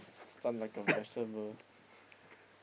stunned like a vegetable